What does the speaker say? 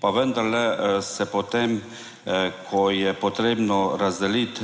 pa vendarle se potem, ko je potrebno razdeliti